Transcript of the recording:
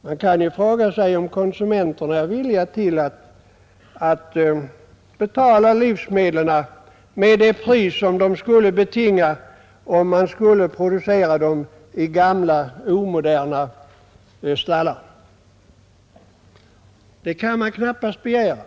Man kan fråga sig om konsumenterna är villiga att betala de priser livsmedlen skulle betinga om de skulle produceras i gamla och omoderna stallar. Det kan man knappast begära.